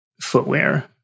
footwear